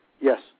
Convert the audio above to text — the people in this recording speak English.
Yes